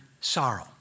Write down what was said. sorrow